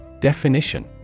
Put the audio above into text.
Definition